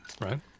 right